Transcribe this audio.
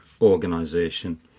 organization